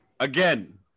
Again